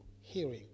hearing